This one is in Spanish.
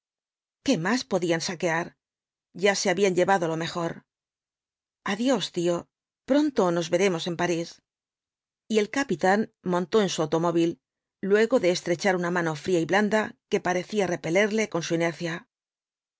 qué más podían saquear ya se habían llevado lo mejor adiós tío pronto nos veremos en parís y el capitán montó en su automóvil luego de estrechar una mano fría y blanda que parecía repelerle con su inercia